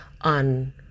on